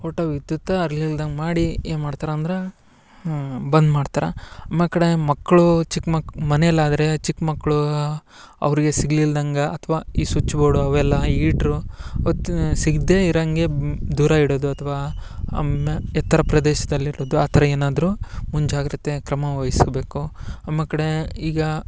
ಒಟ್ಟು ವಿದ್ಯುತ್ತು ಹರಿಲಿಲ್ದಂಗ್ ಮಾಡಿ ಏನು ಮಾಡ್ತಾರಂದ್ರೆ ಬಂದ್ ಮಾಡ್ತಾರೆ ಆಮೇಕಡೆ ಮಕ್ಕಳು ಚಿಕ್ಕ ಮಕ್ ಮನೆಯಲ್ಲಾದರೆ ಚಿಕ್ಕ ಮಕ್ಕಳು ಅವ್ರಿಗೆ ಸಿಗಲಿಲ್ದಂಗ ಅಥ್ವಾ ಈ ಸ್ವಿಚ್ ಬೋರ್ಡು ಅವೆಲ್ಲ ಈಟ್ರು ಒತ್ತ ಸಿಗದೇ ಇರೋಂಗೆ ದೂರ ಇಡೋದು ಅಥ್ವಾ ಆಮೇ ಎತ್ತರ ಪ್ರದೇಶ್ದಲ್ಲಿ ಇರುವುದು ಆ ಥರ ಏನಾದರೂ ಮುಂಜಾಗ್ರತೆ ಕ್ರಮ ವಹಿಸಬೇಕು ಆಮೇಕಡೆ ಈಗ